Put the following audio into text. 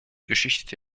geschichte